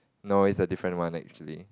no is a different one actually